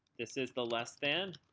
this is the less than,